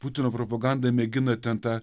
putino propaganda mėgina ten tą